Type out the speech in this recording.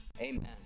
Amen